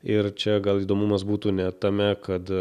ir čia gal įdomumas būtų ne tame kad